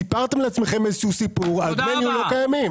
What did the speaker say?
סיפרתם לעצמכם איזה שהוא סיפור על דמי ניהול לא קיימים.